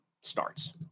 starts